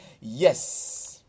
Yes